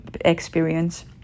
experience